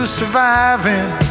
surviving